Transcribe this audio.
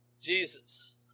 Jesus